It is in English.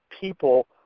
people